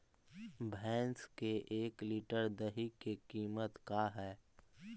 भैंस के एक लीटर दही के कीमत का है?